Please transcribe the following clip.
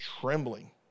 trembling